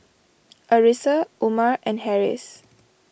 Arissa Umar and Harris